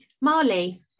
Marley